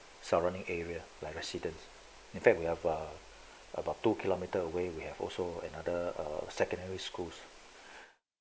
surrounding area like residents in fact we have about two kilometer away we have also another err secondary schools